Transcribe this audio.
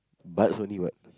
butts only what